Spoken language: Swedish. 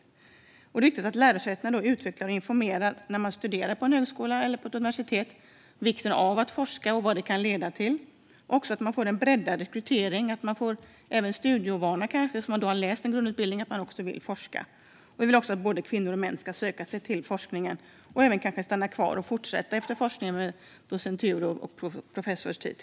Det är därför viktigt att lärosätena informerar studerande om detta och om vikten av forskning. Man behöver också bredda rekryteringen och uppmuntra även studenter med studieovan bakgrund som läst en grundutbildning att forska. Vi vill att både kvinnor och män ska söka sig till forskningen och sedan kanske stanna kvar och bli docenter eller professorer.